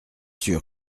sûr